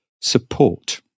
support